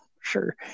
sure